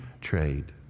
trade